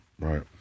right